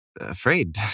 Afraid